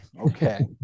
Okay